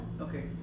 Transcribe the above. okay